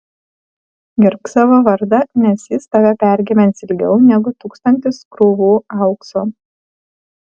gerbk savo vardą nes jis tave pergyvens ilgiau negu tūkstantis krūvų aukso